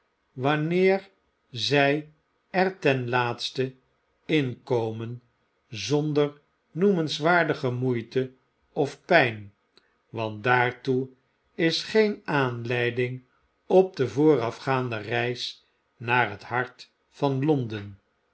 wanneer zij er ten laatste inkomen zonder noemenswaardige moeite of pp want daartoe is geen aanleiding op de voorafgegane reis naar het hart van londen